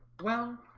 well